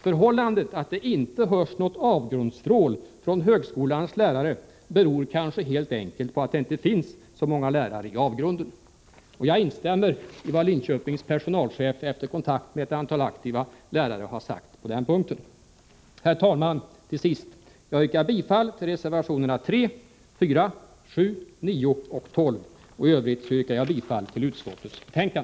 Förhållandet att det inte hörs något avgrundsvrål från högskolans lärare beror kanske helt enkelt på att det inte finns så många lärare i avgrunden.” Jag instämmer i vad Linköpings universitets personalchef efter kontakt med ett antal aktiva lärare har sagt på denna punkt. Herr talman! Jag yrkar bifall till reservationerna 3, 4, 7, 9 och 12. I övrigt yrkar jag bifall till utskottets hemställan.